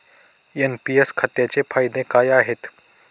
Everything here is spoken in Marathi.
एन.पी.एस खात्याचे फायदे काय आहेत?